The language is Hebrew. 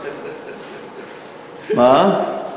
מה?